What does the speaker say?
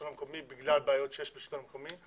המקומי בגלל בעיות שיש בשלטון המקומי,